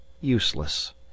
useless